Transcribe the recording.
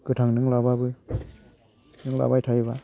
गोथां नों लाबाबो नों लाबाय थायोबा